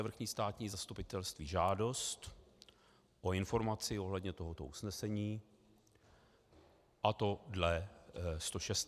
Vrchní státní zastupitelství žádost o informaci ohledně tohoto usnesení, a to dle stošestky.